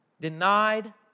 denied